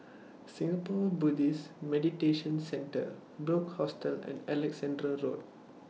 Singapore Buddhist Meditation Centre Bunc Hostel and Alexandra Road